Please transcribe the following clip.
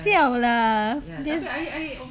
siao lah thi~